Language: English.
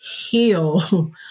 heal